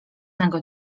nego